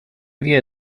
wie